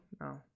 no